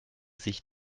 sich